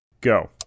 Go